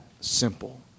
simple